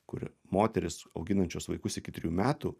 kur moterys auginančios vaikus iki trijų metų